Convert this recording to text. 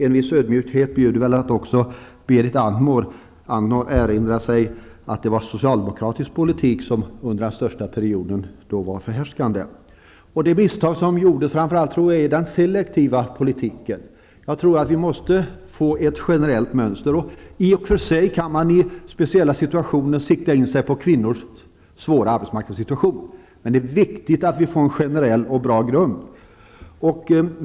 En viss ödmjukhet bjuder väl att även Berit Andnor erinrar sig att det var socialdemokratisk politik som under större delen av denna period var förhärskande. De misstag som då gjordes gäller främst den selektiva politiken. Jag tror att vi måste få ett generellt mönster. I och för sig kan man i speciella situationer sikta in sig på kvinnors svåra arbetsmarknadssituation. Men det är viktigt att vi får en generell och bra grund.